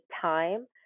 time